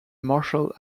marshall